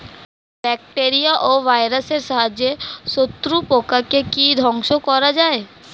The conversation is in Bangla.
ব্যাকটেরিয়া ও ভাইরাসের সাহায্যে শত্রু পোকাকে কি ধ্বংস করা যায়?